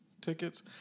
tickets